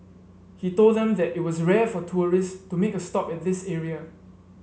he told them that it was rare for tourists to make a stop at this area